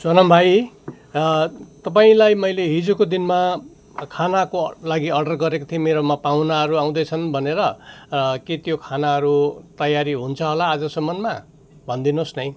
सोनाम भाइ तपाईँलाई मैले हिजोको दिनमा खानाको लागि अर्डर गरेको थिएँ मेरोमा पाहुनाहरू आउँदैछन् भनेर के त्यो खानाहरू तयारी हुन्छ होला आजसम्ममा भनिदिनुहोस् न है